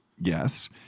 yes